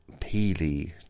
peely